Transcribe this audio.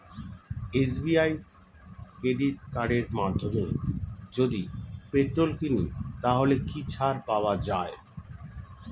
SBI credit কার্ডের মাধ্যমে যদি পেট্রোল কিনি তাহলে কি ছাড় পাওয়া যায়?